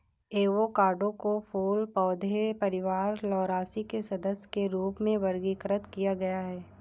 avocado को फूल पौधे परिवार लौरासी के सदस्य के रूप में वर्गीकृत किया गया है